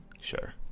sure